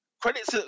Credits